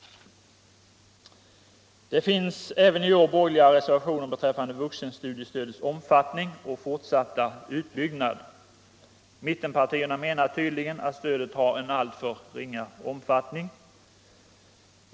Det finns även i år borgerliga reservationer beträffande vuxenstudiestödets omfattning och fortsatta utbyggnad. Mittenpartierna menar tydligen att stödet har en alltför ringa omfattning.